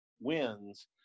wins